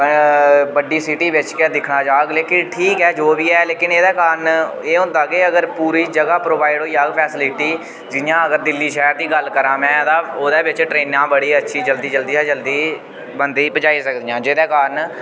बड्डी सिटी बिच गै दिक्खा जा लेकिन ठीक ऐ जो बी ऐ लेकिन एह्दे कारण एह् होंदा कि अगर पूरी जगह् प्रोवाइड होई जाह्ग फैसिलिटी जि'यां अगर दिल्ली शैह्र दी गल्ल करांऽ में ओह्दे बिच ट्रेनां बड़ी अच्छी जल्दी जल्दी गै चलदी बंदे ई पजाई सकदियां जेह्दे कारण